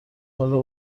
حالا